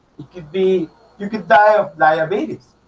you could be you could die of diabetes